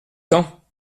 temps